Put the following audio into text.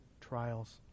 trials